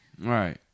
Right